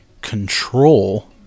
Control